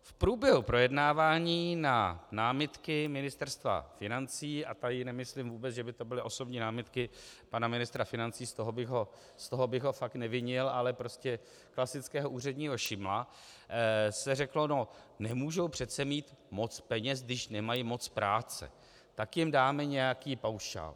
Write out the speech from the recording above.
V průběhu projednávání na námitky Ministerstva financí a tady nemyslím vůbec, že by to byly osobní námitky pana ministra financí, z toho bych ho fakt nevinil, ale prostě klasického úředního šimla, se řeklo no, nemůžou přece mít moc peněz, když nemají moc práce, tak jim dáme nějaký paušál...